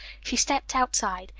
she stepped outside.